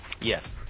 Yes